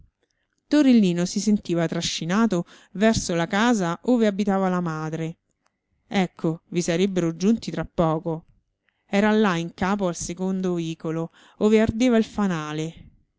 torellino si sentiva trascinato verso la casa ove abitava la madre ecco vi sarebbero giunti tra poco era là in capo al secondo vicolo ove ardeva il fanale